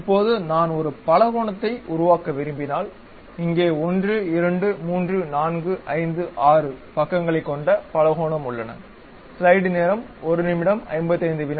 இப்போது நான் ஒரு பலகோணத்தை உருவாக்க விரும்பினால் இங்கே 1 2 3 4 5 6 பக்கங்களைக் கொண்ட பலகோணம் உள்ளன